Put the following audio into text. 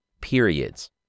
periods